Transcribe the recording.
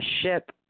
ship